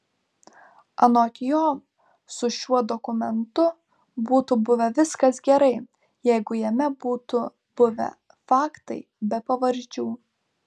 anot jo su šiuo dokumentu būtų buvę viskas gerai jeigu jame būtų buvę faktai be pavardžių